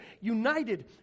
united